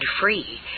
free